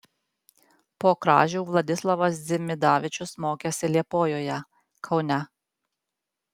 po kražių vladislovas dzimidavičius mokėsi liepojoje kaune